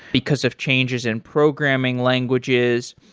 because of changes in programming languages.